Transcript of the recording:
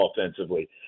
offensively